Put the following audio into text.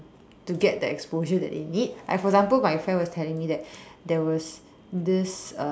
to get the exposure that they need like for example my friend was telling me that there was this um